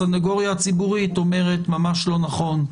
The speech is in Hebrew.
הסניגוריה הציבורית אומרת: ממש לא נכון,